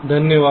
धन्यवाद